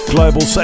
Global